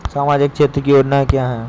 सामाजिक क्षेत्र की योजनाएँ क्या हैं?